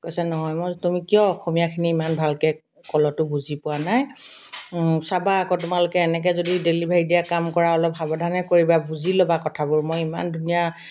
কৈছে নহয় মই তুমি কিয় অসমীয়াখিনি ইমান ভালকৈ ক'লতো বুজি পোৱা নাই চাবা আকৌ তোমালোকে এনেকৈ যদি ডেলিভাৰি দিয়া কাম কৰা অলপ সাৱধানে কৰিবা অলপ বুজি ল'বা কথাবোৰ মই ইমান ধুনীয়া